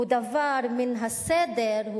הם דבר מן הסדר,